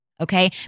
okay